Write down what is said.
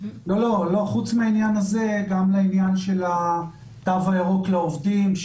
חוץ מהעניין הזה גם לעניין של התו הירוק לעובדים,